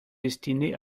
destinés